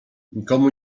nikomu